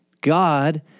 God